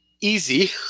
easy